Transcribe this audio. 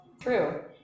true